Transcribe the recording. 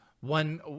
One